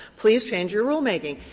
please change your rulemaking.